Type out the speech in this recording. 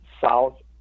south